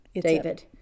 David